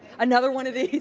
another one of these.